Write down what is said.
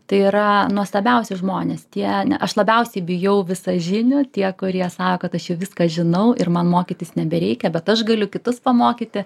tai yra nuostabiausi žmonės tie ne aš labiausiai bijau visažinių tie kurie sako kad aš jau viską žinau ir man mokytis nebereikia bet aš galiu kitus pamokyti